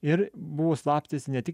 ir buvo slapstėsi ne tik